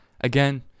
Again